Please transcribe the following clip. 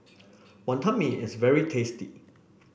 Wonton Mee is very tasty